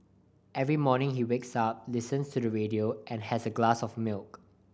every morning he wakes up listens to the radio and has a glass of milk